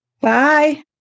Bye